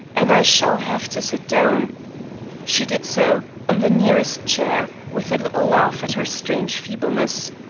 and i shall have to sit down she did so, on the nearest chair, with a little laugh at her strange feebleness.